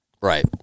Right